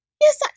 Yes